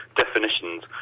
definitions